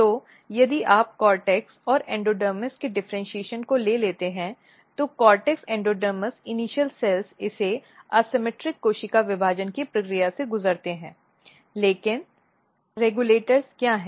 तो यदि आप कोर्टेक्स और एंडोडर्मिस के डिफरेन्शीऐशन को ले लेते हैं तो कोर्टेक्स एंडोडर्मिस प्रारंभिक कोशिकाएं इसे असममित कोशिका विभाजन की प्रक्रिया से गुजरती हैं लेकिन रेगुलेटर क्या हैं